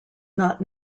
not